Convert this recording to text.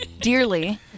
dearly